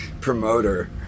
promoter